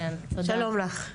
שלום לך.